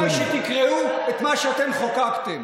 כדאי שתקראו את מה שאתם חוקקתם.